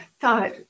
thought